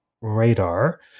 radar